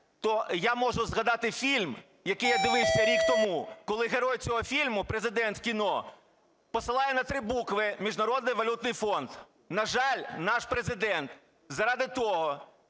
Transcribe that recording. то я можу згадати фільм, який я дивився рік тому, коли герой цього фільму, президент в кіно, посилає на три букви Міжнародний валютний фонд. На жаль, наш Президент заради того,